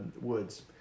Woods